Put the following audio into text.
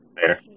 Later